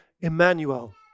Emmanuel